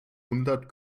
hundert